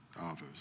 others